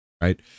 right